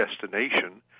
destination